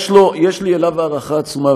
יש לי אליו הערכה עצומה,